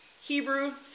Hebrew